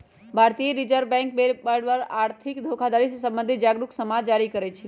भारतीय Reserve Bank बेर बेर पर आर्थिक धोखाधड़ी से सम्बंधित जागरू समाद जारी करइ छै